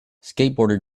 skateboarder